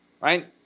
Right